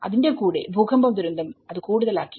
അതിന്റെ കൂടെ ഭൂകമ്പ ദുരന്തം അത് കൂടുതലാക്കി